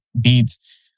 beats